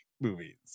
movies